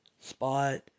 spot